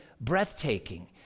breathtaking